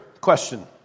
question